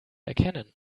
erkennen